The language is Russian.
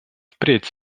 впредь